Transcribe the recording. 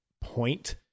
point